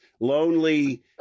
lonely